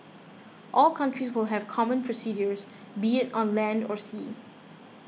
all countries will have common procedures be it on land or sea